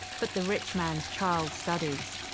but the rich man's child studies.